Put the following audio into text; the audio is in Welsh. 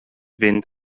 fynd